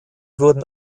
wurden